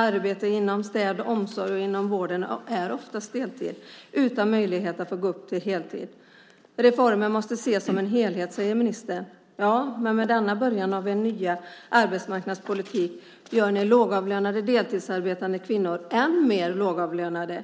Arbete inom städning, omsorg och vård är oftast deltid utan möjlighet till heltid. Reformen måste ses som en helhet, säger ministern. Med denna början av er nya arbetsmarknadspolitik gör ni lågavlönade deltidsarbetande kvinnor än mer lågavlönade.